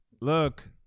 Look